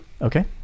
Okay